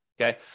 okay